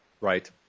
Right